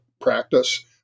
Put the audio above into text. practice